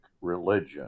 religion